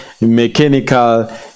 mechanical